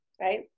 right